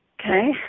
Okay